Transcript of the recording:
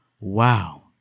Wow